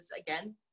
again